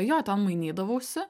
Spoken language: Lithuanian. jo ten mainydavausi